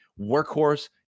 workhorse